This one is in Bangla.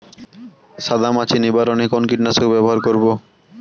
সাদা মাছি নিবারণ এ কোন কীটনাশক ব্যবহার করব?